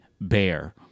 bear